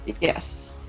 Yes